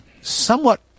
somewhat